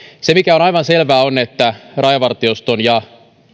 se mikä on aivan selvää on että rajavartioston ja